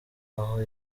aho